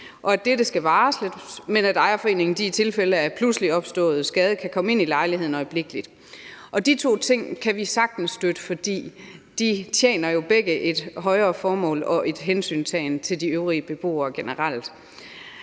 om, at dette skal varsles, men at ejerforeningen i tilfælde af pludselig opstået skade kan komme ind i lejligheden øjeblikkeligt. Og de to ting kan vi sagtens støtte, for de tjener jo begge et højere formål og en hensyntagen til de øvrige beboere generelt.